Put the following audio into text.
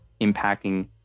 impacting